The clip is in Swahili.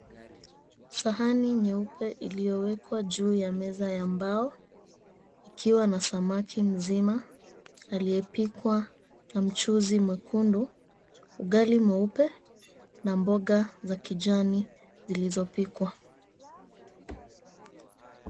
Sahani nyeupe iliyowekwa juu ya meza ya mbao ikiwa na samaki mzima aliyepikwa na mchuzi mwekundu, ugali mweupe na mboga za kijani zilizopikwa.